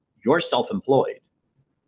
you're self-employed.